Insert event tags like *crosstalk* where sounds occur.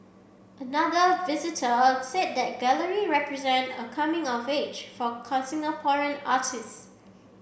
another visitor said the gallery represent a coming of age for *unintelligible* Singaporean artists